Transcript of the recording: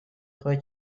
خوای